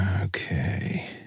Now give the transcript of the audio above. Okay